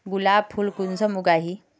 गुलाब फुल कुंसम उगाही?